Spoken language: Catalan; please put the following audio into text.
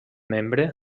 membre